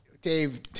Dave